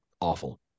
awful